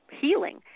healing